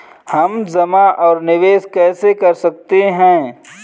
हम जमा और निवेश कैसे कर सकते हैं?